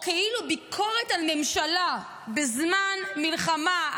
או כאילו ביקורת על ממשלה בזמן מלחמה,